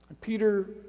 Peter